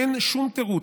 אין שום תירוץ.